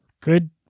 Good